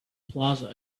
plaza